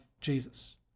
Jesus